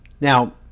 Now